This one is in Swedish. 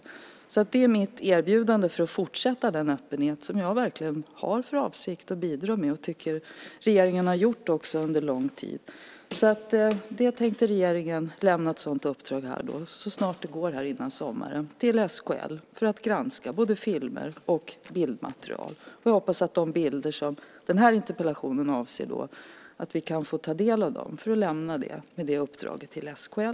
Mitt erbjudande är att fortsätta att ha den öppenhet som jag verkligen har för avsikt att bidra med och som jag tycker att regeringen haft under lång tid. Regeringen avser att så snart som möjligt innan sommaren lämna ett uppdrag till SKL att granska både film och bildmaterial. Jag hoppas att vi kan få ta del av de bilder som dagens interpellation avser genom att lämna det uppdraget till SKL.